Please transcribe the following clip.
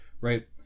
Right